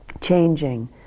changing